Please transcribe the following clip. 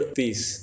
peace